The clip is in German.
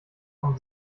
vom